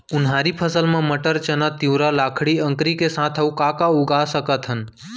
उनहारी फसल मा मटर, चना, तिंवरा, लाखड़ी, अंकरी के साथ अऊ का का उगा सकथन?